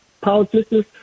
politicians